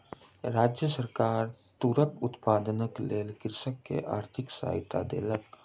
राज्य सरकार तूरक उत्पादनक लेल कृषक के आर्थिक सहायता देलक